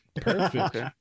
perfect